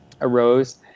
arose